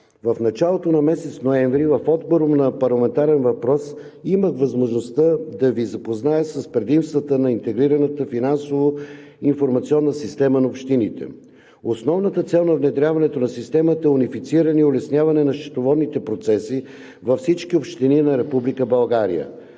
в началото на месец ноември в отговор на парламентарен въпрос имах възможността да Ви запозная с предимствата на интегрираната финансово-информационна система на общините. Основната цел на внедряването на системата е унифициране и улесняване на счетоводните процеси във всички общини на